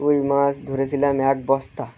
ওই মাছ ধরেছিলাম এক বস্তা